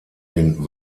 den